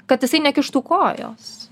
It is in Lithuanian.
kad jisai nekištų kojos